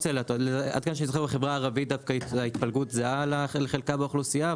בחברה הערבית דווקא ההתפלגות זהה לחלקה באוכלוסייה,